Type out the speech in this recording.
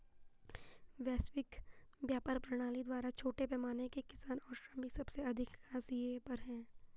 वैश्विक व्यापार प्रणाली द्वारा छोटे पैमाने के किसान और श्रमिक सबसे अधिक हाशिए पर हैं